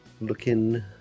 looking